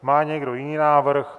Má někdo jiný návrh?